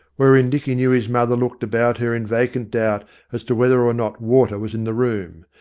wherein dicky knew his mother looked about her in vacant doubt as to whether or not water was in the room.